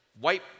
white